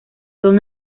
son